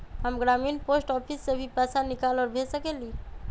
हम ग्रामीण post office से भी पैसा निकाल और भेज सकेली?